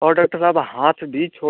और डाक्टर साहब हाथ भी छो